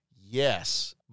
yes